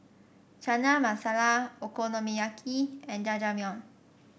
Chana Masala Okonomiyaki and Jajangmyeon